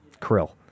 Krill